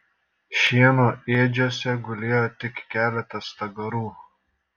šieno ėdžiose gulėjo tik keletas stagarų